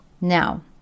Now